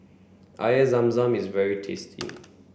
Air Zam Zam is very tasty